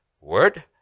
Word